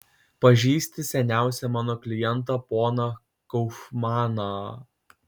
pažįsti seniausią mano klientą poną kaufmaną